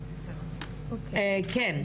כן,